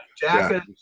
Jack